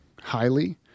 highly